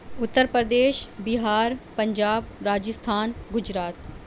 Uttar Pradesh Bihar Punjab Rajasthan Gujarat